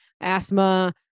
asthma